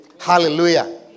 Hallelujah